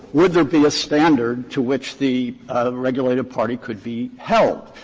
would there be a standard to which the regulative party could be held,